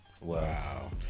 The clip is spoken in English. Wow